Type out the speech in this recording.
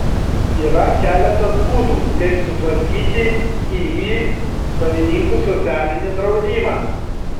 yra keletas būdų kaip sutvarkyti iį savininkų socialinį draudimą